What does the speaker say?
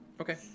Okay